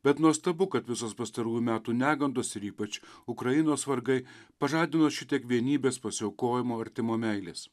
bet nuostabu kad visos pastarųjų metų negandos ir ypač ukrainos vargai pažadino šitiek vienybės pasiaukojimo artimo meilės